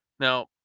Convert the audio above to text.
Now